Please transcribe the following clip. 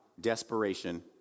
desperation